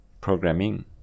programming